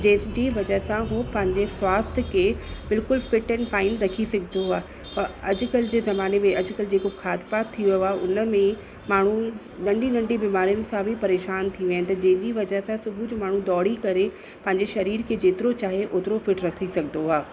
जंहिंजी वजह सां हू पंहिंजे स्वास्थ्य खे बिल्कुलु फिट ऐंड फाइन रखी सघंदो आहे त अॼुकल्ह जे ज़माने में अॼुकल्ह जेको खाध पान थी वियो आहे हुन में माण्हू नंढी नंढी बीमारियुनि सां बि परेशान थी वेंदो आहे जंहिंजी वजह सां सुबुह जो माण्हू डोड़ी करे पंहिंजे सरीर खे जेतिरो चाहे ओतिरो फिट रखी सघंदो आहे